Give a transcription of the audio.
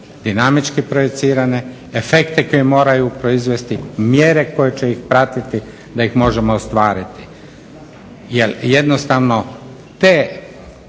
dinamički projicirane, efekte koje moraju proizvesti, mjere koje će ih pratiti, da ih možemo ostvariti. Jer jednostavno te